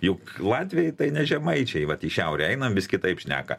juk latviai tai ne žemaičiai vat į šiaurę einam vis kitaip šneka